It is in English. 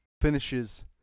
Finishes